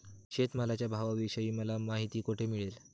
शेतमालाच्या भावाविषयी मला माहिती कोठे मिळेल?